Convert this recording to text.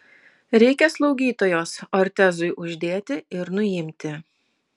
reikia slaugytojos ortezui uždėti ir nuimti